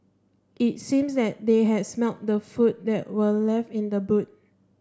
it seemed that they had smelt the food that were left in the boot